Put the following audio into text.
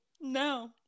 no